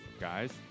Guys